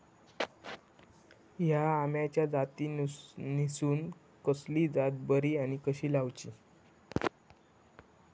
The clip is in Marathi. हया आम्याच्या जातीनिसून कसली जात बरी आनी कशी लाऊची?